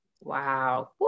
Wow